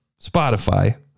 Spotify